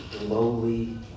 lowly